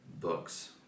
books